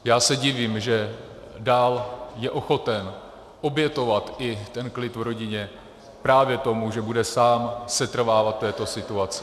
Já se divím, že dál je ochoten obětovat i ten klid v rodině právě tomu, že bude sám setrvávat v této situaci.